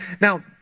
Now